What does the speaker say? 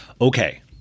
Okay